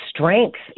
strength